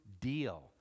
deal